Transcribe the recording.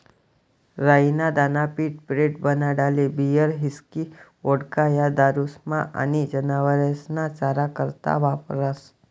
राई ना दाना पीठ, ब्रेड, बनाडाले बीयर, हिस्की, वोडका, या दारुस्मा आनी जनावरेस्ना चारा करता वापरास